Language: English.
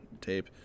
tape